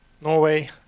Norway